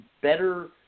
better